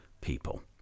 people